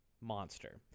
Monster